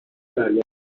برگشتن